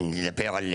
אם נדבר על